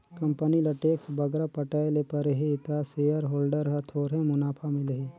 company ल tax बगरा पटाए ले परही ता सेयर होल्डर ल थोरहें मुनाफा मिलही